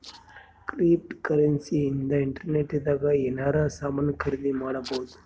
cryptocurrency ಇಂದ internet ದಾಗ ಎನಾರ ಸಾಮನ್ ಖರೀದಿ ಮಾಡ್ಬೊದು